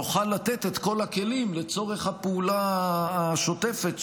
נוכל לתת את כל הכלים לצורך הפעולה השוטפת,